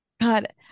God